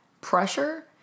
pressure